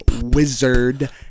wizard